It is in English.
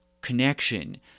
connection